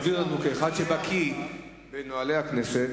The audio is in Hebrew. כאחד שבקי בנוהלי הכנסת,